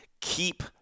keep